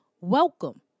welcome